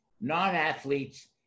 non-athletes